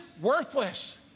worthless